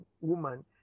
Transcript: woman